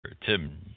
Tim